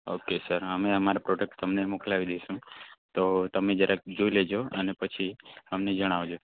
okay sir હા અમે અમારા પ્રોડક્ટ તમને મોકલાવી દઈશું તો તમે જરાક જોઈ લેજો અને પછી અમને જણાવજો